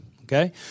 Okay